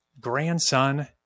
grandson